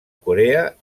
corea